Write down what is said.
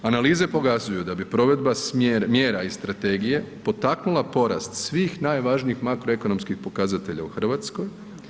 Analize pokazuju da bi provedba mjera iz strategije potaknula porast svih najvažnijih makroekonomskih pokazatelja u Hrvatskoj.